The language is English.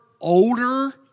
older